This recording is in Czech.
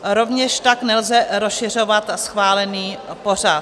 Rovněž tak nelze rozšiřovat schválený pořad.